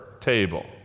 table